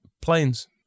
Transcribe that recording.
planes